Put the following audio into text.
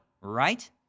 right